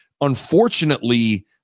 Unfortunately